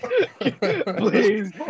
Please